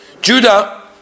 Judah